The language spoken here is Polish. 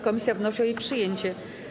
Komisja wnosi o jej przyjęcie.